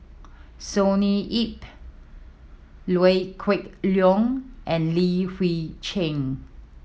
Sonny Yap Liew Geok Leong and Li Hui Cheng